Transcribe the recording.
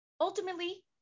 Ultimately